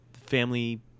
family